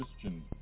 Christian